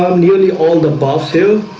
nearly all the buffs he'll